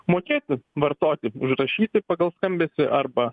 mokėti vartoti užrašyti pagal skambesį arba